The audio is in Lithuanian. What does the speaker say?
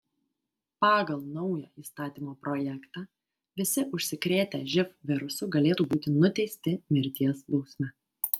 pagal naują įstatymo projektą visi užsikrėtę živ virusu galėtų būti nuteisti mirties bausme